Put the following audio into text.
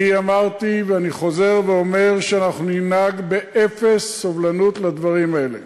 אני אמרתי ואני חוזר ואומר שננהג באפס סובלנות כלפי הדברים האלה.